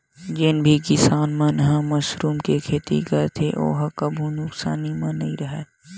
जेन भी किसान मन ह मसरूम के खेती करथे ओ ह कभू नुकसानी म नइ राहय